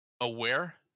aware